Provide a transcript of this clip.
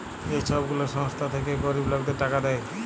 যে ছব গুলা সংস্থা থ্যাইকে গরিব লকদের টাকা দেয়